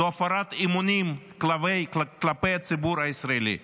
זו הפרת אמונים כלפי הציבור הישראלי.